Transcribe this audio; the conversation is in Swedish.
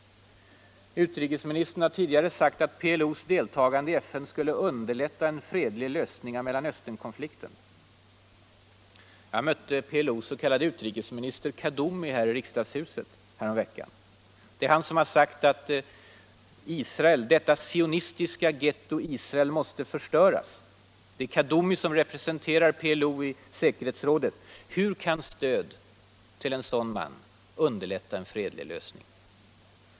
Utrikesministern har tidigare sagt att PLO:s deltagande i FN skulle ”underlätta en fredlig lösning av Mellanösternkonflikten”. Jag mötte PLO:s ”utrikesminister” Kaddoumi här i riksdagshuset häromveckan. Kaddoumi har sagt att ”detta sionistiska getto Israel måste förstöras”. Det är Kaddoumi som brukar företräda PLO i FN:s säkerhetsråd. Hur kan stöd till en sådan man ” underlätta en fredlig lösning”?